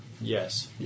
Yes